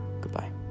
Goodbye